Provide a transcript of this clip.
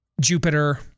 Jupiter